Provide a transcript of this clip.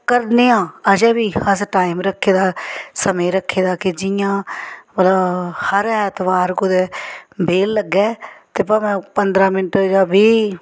करने आं अजें बी अस टाइम रक्खे दा समें रक्खे दा कि जि'यां मतलब हर ऐतबार कुदै बेह्ल लग्गै ते भामें पंदरां मिंट्ट जां बीह्